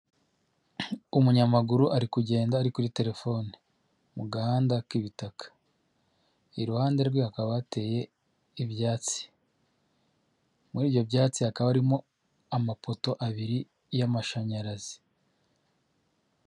Umunyamaguru ari kugenda ari kuri telefoni, mu gahanda k'ibitaka, iruhande rwe hakaba hateye ibyatsi, muri ibyo byatsi hakaba harimo amapoto abiri y'amashanyarazi.